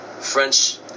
French